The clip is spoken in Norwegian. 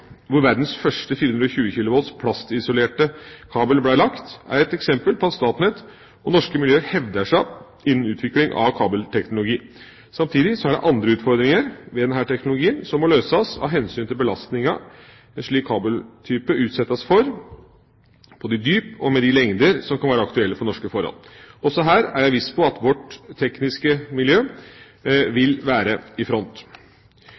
hvor verdens første 420 kV plastisolerte kabel ble lagt, er et eksempel på at Statnett og norske miljøer hevder seg innen utvikling av kabelteknologi. Samtidig er det andre utfordringer ved denne teknologien som må løses av hensyn til belastninga en slik kabeltype utsettes for, på de dyp og med de lengder som kan være aktuelle for norske forhold. Også her er jeg viss på at vårt tekniske miljø vil være i front.